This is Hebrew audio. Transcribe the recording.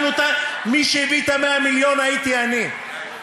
מי שהביא את 100 המיליון הייתי אני,